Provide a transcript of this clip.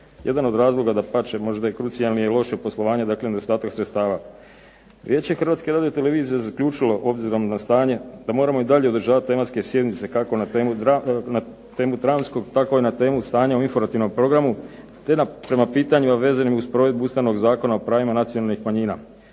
Jedan od razloga, dapače možda i krucijalni je loše poslovanje, dakle nedostatak sredstava. Vijeće HRT-a je zaključilo obzirom na stanje da moramo i dalje održavati tematske sjednice kako na temu dramskog tako i na temu stanja u Informativnom programu te da prema pitanjima vezanim uz provedbu Ustavnog zakona o pravima nacionalnih manjina.